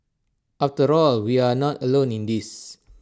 after all we are not alone in this